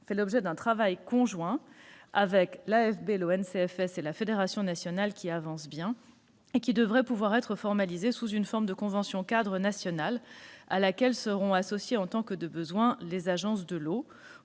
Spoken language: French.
fait l'objet d'un travail conjoint de l'AFB, l'ONCFS et la FNC, qui avance bien et qui devrait être formalisé sous la forme d'une convention-cadre nationale, à laquelle seront associées, en tant que de besoin, les agences de l'eau,